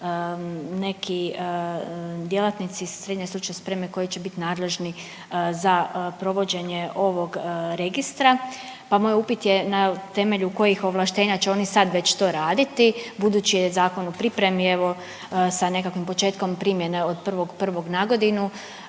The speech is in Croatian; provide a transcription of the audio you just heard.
neki djelatnici srednje stručne spreme koji će biti nadležni za provođenje ovog registra. Pa moj upit je na temelju kojih ovlaštenja će oni sad već to raditi budući je zakon u pripremi evo sa nekakvim početkom primjene od 1.1. na godinu